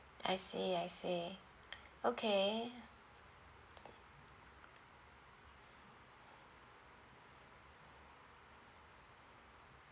I see I see okay